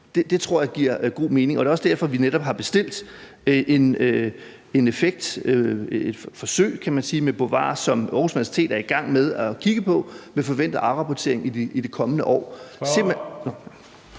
Det tror jeg giver god mening, og det er også derfor, vi netop har bestilt et forsøg med Bovaer, som Aarhus Universitet er i gang med at kigge på, med forventet afrapportering i de kommende år.